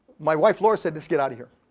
my wife, lori, said, let's get out of here,